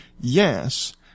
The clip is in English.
yes